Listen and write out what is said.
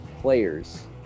players